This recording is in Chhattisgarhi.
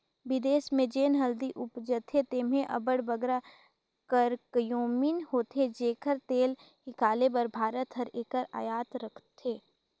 बिदेस में जेन हरदी उपजथे तेम्हें अब्बड़ बगरा करक्यूमिन होथे जेकर तेल हिंकाले बर भारत हर एकर अयात करथे